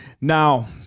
Now